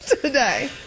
today